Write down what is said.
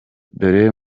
dore